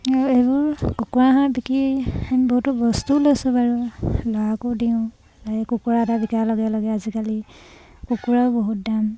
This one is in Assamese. এইবোৰ কুকুৰা হাঁহ বিকি আমি বহুতো বস্তুও লৈছোঁ বাৰু ল'ৰাকো দিওঁ কুকুৰা এটা বিকা লগে লগে আজিকালি কুকুৰাও বহুত দাম